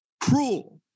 Cruel